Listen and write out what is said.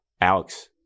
Alex